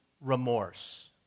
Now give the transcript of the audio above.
remorse